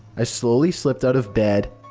i slowly slipped out of bed,